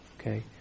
okay